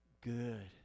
good